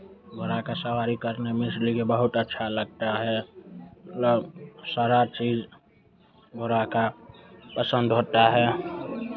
घोड़ा का सवारी करने में इसलिए ये बहुत अच्छा लगता है मतलव सारा चीज़ घोड़ा का पसंद होता है